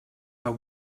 are